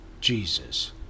Jesus